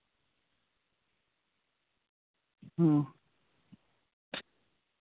ᱦᱩᱸ